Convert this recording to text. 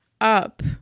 up